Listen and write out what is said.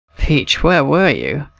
peach, where were you?